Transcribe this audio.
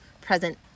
present